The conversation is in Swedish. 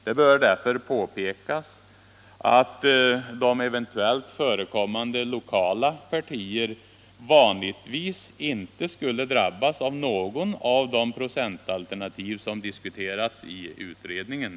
Det bör därför påpekas att eventuellt förekommande lokala partier vanligtvis inte skulle drabbas av något av de procentalternativ som diskuteras i utredningen.